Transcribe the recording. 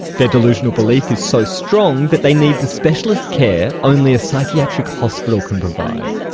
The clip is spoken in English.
their delusional belief is so strong that they need the specialist care only a psychiatric hospital can provide.